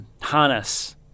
harness